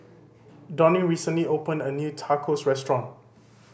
Donnie recently opened a new Tacos Restaurant